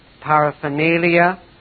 paraphernalia